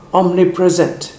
omnipresent